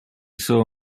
saw